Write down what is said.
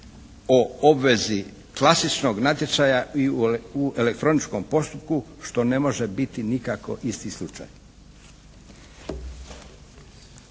o obvezi klasičnog natječaja i u elektroničkom postupku što ne može biti nikako isti slučaj.